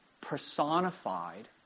personified